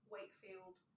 Wakefield